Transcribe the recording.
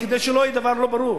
כדי שלא יהיה דבר לא ברור,